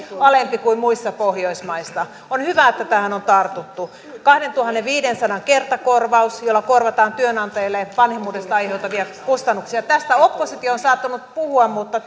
alempi kuin muissa pohjoismaissa on hyvä että tähän on tartuttu kahdentuhannenviidensadan kertakorvaus jolla korvataan työnantajille vanhemmuudesta aiheutuvia kustannuksia tästä oppositio on saattanut puhua mutta